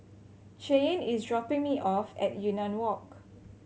Cheyenne is dropping me off at Yunnan Walk